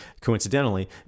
coincidentally